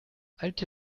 alte